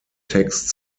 text